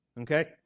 okay